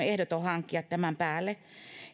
ehdoton hankkia tämän päälle